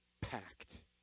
packed